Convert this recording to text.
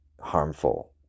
harmful